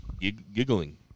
giggling